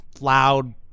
loud